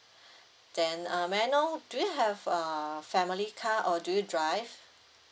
then uh may I know do you have uh family car or do you drive